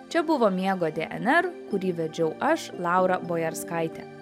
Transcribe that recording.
čia buvo miegot dnr kurį vedžiau aš laura bojarskaitė